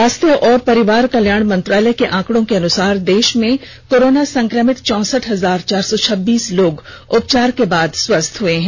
स्वास्थ्य और परिवार कल्याण मंत्रालय के आंकडों के अनुसार देश में कोरोना संक्रमित चौसठ हजार चार सौ छब्बीस लोग उपचार के बाद स्वस्थ हो चके हैं